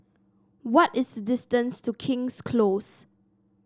what is the distance to King's Close